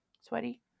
Sweaty